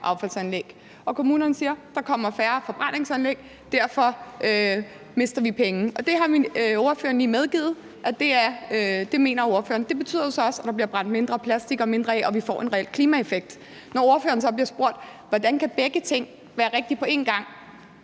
affaldsanlæg. Og kommunerne siger, at der kommer færre forbrændingsanlæg, og derfor mister vi penge. Ordføreren har lige medgivet, at ordføreren mener det. Det betyder så også, at der bliver brændt mindre plastik af, og at vi får en reel klimaeffekt. Når ordføreren så bliver spurgt, hvordan begge ting kan være rigtige på én gang,